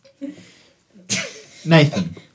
Nathan